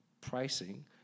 pricing